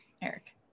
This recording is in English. Eric